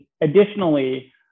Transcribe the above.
additionally